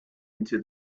into